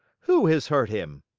who has hurt him?